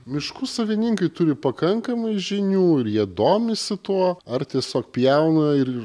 miškų savininkai turi pakankamai žinių ir jie domisi tuo ar tiesiog pjauna ir